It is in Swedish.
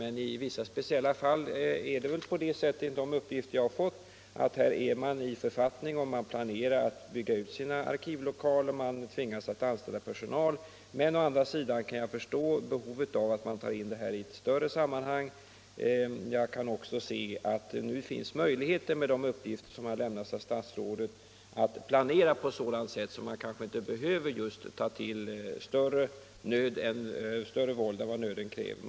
Men enligt de uppgifter jag har fått planerar man i vissa fall att bygga ut sina arkivlokaler, och man tvingas att anställa personal. Å andra sidan kan jag förstå behovet av att ta in detta i ett större sammanhang. Med de uppgifter som har lämnats av statsrådet kan jag också se att det nu finns möjligheter att planera på sådant sätt att man kanske inte tar till större våld än vad nöden kräver.